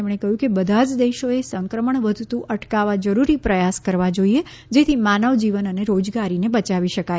તેમણે કહ્યું કે બધા જ દેશોએ સંક્રમણ વધતુ અટકાવવા જરૂરી પ્રયાસો કરવા જોઇએ જેથી માનવજીવન અને રોજગારીને બચાવી શકાય